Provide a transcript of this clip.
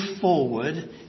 forward